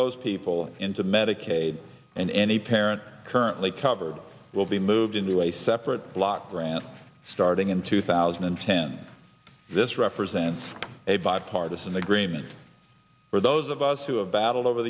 those people into medicaid and any parent currently covered will be moved into a separate block grant starting in two thousand and ten this represents a bipartisan agreement for those of us who have battled over